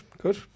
good